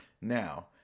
Now